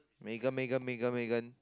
Megan Megan Megan Megan